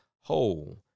whole